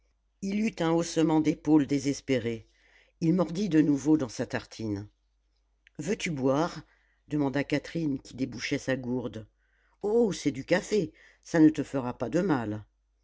il eut un haussement d'épaules désespéré il mordit de nouveau dans sa tartine veux-tu boire demanda catherine qui débouchait sa gourde oh c'est du café ça ne te fera pas de mal